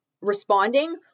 responding